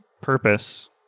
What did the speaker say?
purpose